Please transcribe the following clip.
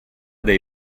dai